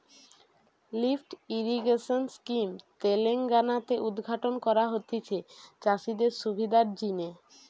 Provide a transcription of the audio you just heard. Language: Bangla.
লিফ্ট ইরিগেশন স্কিম তেলেঙ্গানা তে উদ্ঘাটন করা হতিছে চাষিদের সুবিধার জিনে